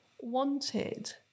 wanted